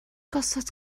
gosod